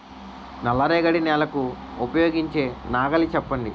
నల్ల రేగడి నెలకు ఉపయోగించే నాగలి చెప్పండి?